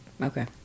Okay